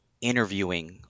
interviewing